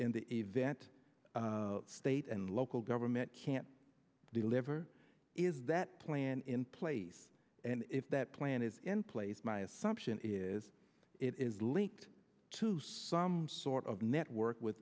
in the event state and local government can't deliver is that plan in place and if that plan is in place my assumption is it is linked to some sort of network with